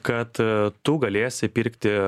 kad e tu galėsi pirkti